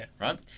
right